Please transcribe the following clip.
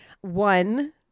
One